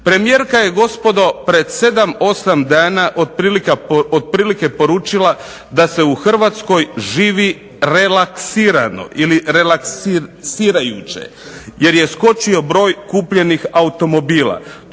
Premijerka je gospodo pred sedam, osam dana otprilike poručila da se u Hrvatskoj živi relaksirano ili relaksirajuće jer je skočio broj kupljenih automobila.